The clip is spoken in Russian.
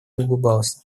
улыбался